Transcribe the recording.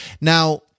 now